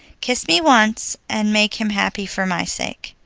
kiss me once, and make him happy for my sake.